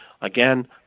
again